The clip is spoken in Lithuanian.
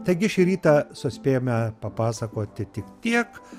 taigi šį rytą suspėjame papasakoti tik tiek